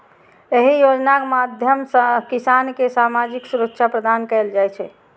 एहि योजनाक माध्यम सं किसान कें सामाजिक सुरक्षा प्रदान कैल जाइ छै